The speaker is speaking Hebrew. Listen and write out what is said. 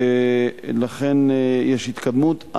לכן, יש התקדמות.